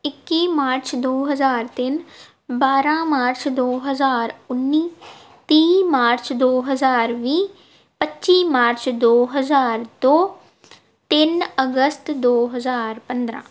ਇੱਕੀ ਮਾਰਚ ਦੋ ਹਜ਼ਾਰ ਤਿੰਨ ਬਾਰਾਂ ਮਾਰਚ ਦੋ ਹਜ਼ਾਰ ਉੱਨੀ ਤੀਹ ਮਾਰਚ ਦੋ ਹਜ਼ਾਰ ਵੀਹ ਪੱਚੀ ਮਾਰਚ ਦੋ ਹਜ਼ਾਰ ਦੋ ਤਿੰਨ ਅਗਸਤ ਦੋ ਹਜ਼ਾਰ ਪੰਦਰਾਂ